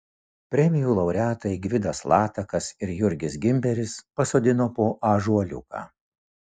premijų laureatai gvidas latakas ir jurgis gimberis pasodino po ąžuoliuką